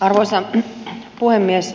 arvoisa puhemies